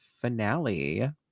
finale